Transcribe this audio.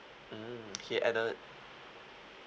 mm okay and uh